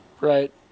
right